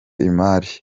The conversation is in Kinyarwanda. imari